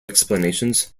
explanations